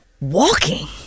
walking